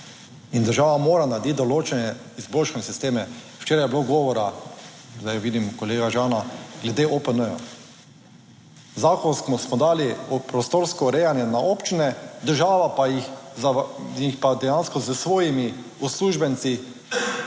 država mora narediti določene izboljšane sisteme. Včeraj je bilo govora, zdaj vidim kolega Žana, glede OPN. Zakonsko smo dali prostorsko urejanje na občine, država pa jih jih pa dejansko s svojimi uslužbenci dejansko